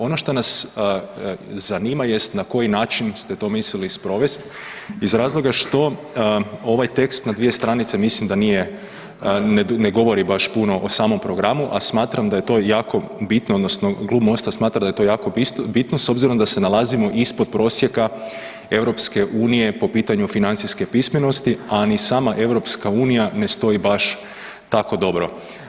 Ono što nas zanima jest na koji način ste to mislili sprovest iz razloga što ovaj tekst na dvije stranice mislim da nije, ne govori baš puno o samom programu, a smatram da je to jako bitno odnosno Klub MOST-a smatra da je to jako bitno s obzirom da se nalazimo ispod prosjeka EU po pitanju financijske pismenosti, a ni sama EU ne stoji baš tako dobro?